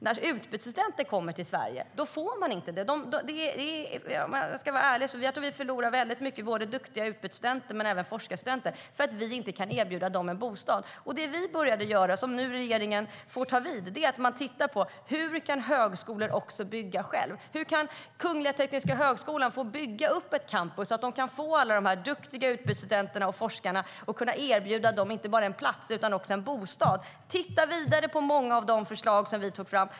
När utbytesstudenter kommer till Sverige får de inte det. Jag tror att vi förlorar många duktiga utbytesstudenter och forskarstudenter för att vi inte kan erbjuda dem en bostad. Det vi började göra och där regeringen får ta vid är att titta på hur högskolor kan bygga själva. Hur ska Kungliga Tekniska högskolan få bygga ett campus så att de kan erbjuda alla duktiga utbytesstudenter och forskare inte bara en plats utan också en bostad. Titta vidare på många av de förslag som vi tog fram!